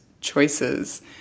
choices